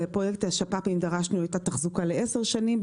בפרויקט השפ"פים דרשנו את התחזוקה לעשר שנים.